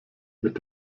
mit